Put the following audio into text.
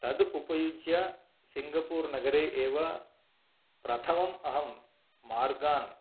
तद् उपयुज्य सिङ्गापुर् नगरे एव प्रथमम् अहं मार्गान्